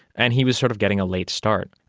and he was sort of getting a late start.